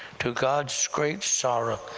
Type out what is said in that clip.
to god's great sorrow,